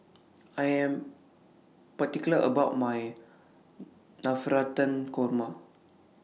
I Am particular about My Navratan Korma